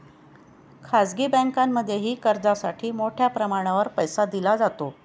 खाजगी बँकांमध्येही कर्जासाठी मोठ्या प्रमाणावर पैसा दिला जातो